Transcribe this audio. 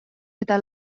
eta